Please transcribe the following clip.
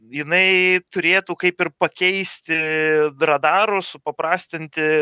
jinai turėtų kaip ir pakeisti radarus supaprastinti